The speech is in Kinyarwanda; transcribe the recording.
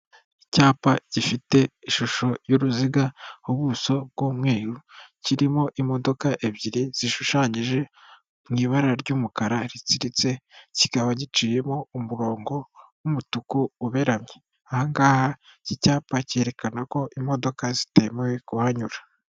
Icyapa gifite ishusho y'uruziga ubuso bw'umweru, kirimo imodoka ebyiri zishushanyije mu ibara ry'umukara ritsiritse, kikaba giciyemo umurongo w'umutuku uberamye, aha ngaha iki cyapa cyerekana ko imodoka zitemewe kuhanyura.